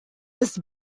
this